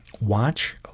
watch